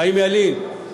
חיים ילין,